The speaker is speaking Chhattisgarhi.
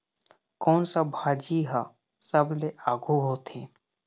कोन सा भाजी हा सबले आघु होथे?